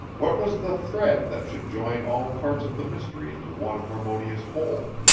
what was the thread that should join all parts of the mystery into one harmonious whole?